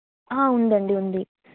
ఉందండి ఉంది